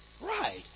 Right